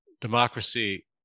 democracy